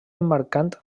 emmarcant